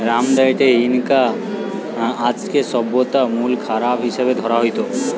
রামদানা গটে Inca, Maya আর অ্যাজটেক সভ্যতারে মুল খাবার হিসাবে ধরা হইত